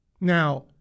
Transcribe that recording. Now